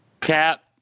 cap